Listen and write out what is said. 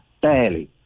barely